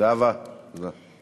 זהבה, תודה.